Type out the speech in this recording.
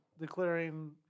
declaring